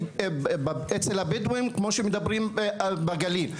אצל הבדואים כמו שמדברים על החברה בגליל.